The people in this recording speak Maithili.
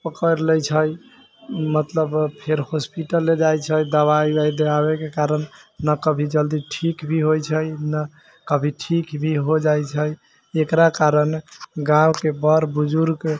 पकड़ि लै छै मतलब फेर हॉस्पिटल ले जाइ छै दबाइ उबाइ दियाबैके कारण ने कभी जल्दी ठीक भी होइ छै ने कभी ठीक भी हो जाइ छै एकरा कारण गाँवके बड़ बुजुर्ग